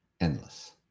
endless